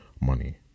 money